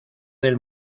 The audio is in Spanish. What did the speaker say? del